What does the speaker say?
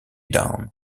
down